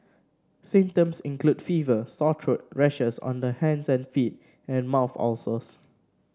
symptoms include fever sore throat rashes on the hands and feet and mouth ulcers